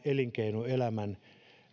elinkeinoelämän